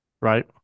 Right